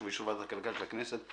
ובאישור ועדת הכלכלה של הכנסת,